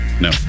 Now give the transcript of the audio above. No